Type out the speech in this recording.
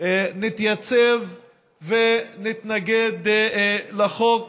נתייצב ונתנגד לחוק